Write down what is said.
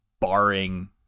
barring